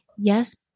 Yes